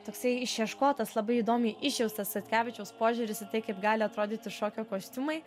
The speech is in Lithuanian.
toksai išieškotas labai įdomiai išjaustas satkevičiaus požiūris į tai kaip gali atrodyti šokio kostiumai